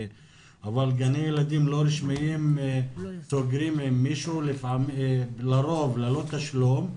אבל גני ילדים לא רשמיים סוגרים עם מישהו לרוב ללא תשלום,